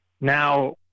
now –